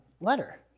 letter